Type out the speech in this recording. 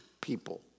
people